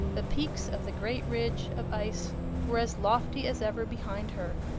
the peaks of the great ridge of ice were as lofty as ever behind her,